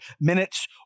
minutes